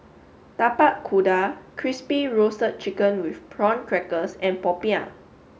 Tapak Kuda crispy roasted chicken with prawn crackers and Popiah